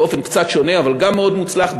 באופן קצת שונה אבל גם מאוד מוצלח,